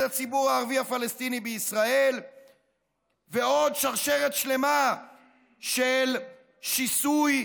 הציבור הערבי הפלסטיני בישראל ועוד שרשרת שלמה של שיסוי,